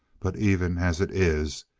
but even as it is,